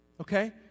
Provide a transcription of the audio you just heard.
Okay